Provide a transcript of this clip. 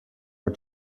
our